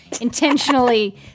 intentionally